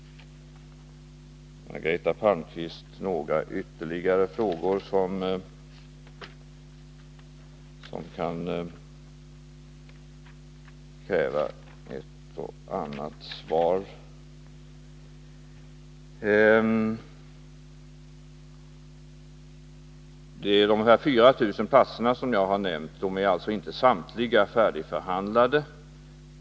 Margareta Palmqvist ställde ytterligare några frågor. Det är ännu inte färdigförhandlat om samtliga de 4 000 platser som jag har nämnt.